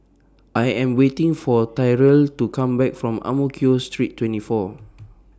I Am waiting For Tyrel to Come Back from Ang Mo Kio Street twenty four